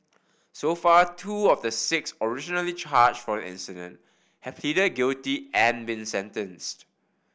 so far two of the six originally charge for the incident have pleaded guilty and been sentenced